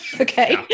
okay